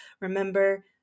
remember